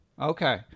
Okay